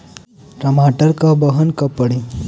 टमाटर क बहन कब पड़ी?